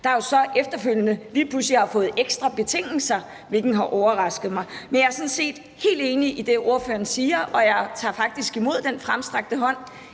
der jo så efterfølgende lige pludselig har fået ekstra betingelser, hvilket har overrasket mig. Men jeg er sådan set helt enig i det, ordføreren siger, og jeg tager faktisk imod den fremstrakte hånd.